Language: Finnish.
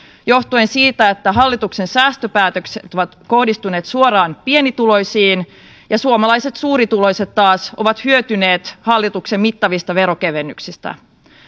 johtuen siitä että hallituksen säästöpäätökset ovat kohdistuneet suoraan pienituloisiin ja suomalaiset suurituloiset taas ovat hyötyneet hallituksen mittavista veronkevennyksistä